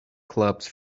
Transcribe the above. clubs